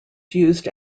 used